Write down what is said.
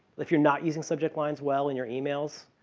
if you're not using subject lines well in your emails,